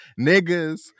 niggas